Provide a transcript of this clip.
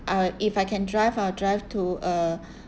uh if I can drive I'll drive to a